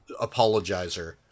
apologizer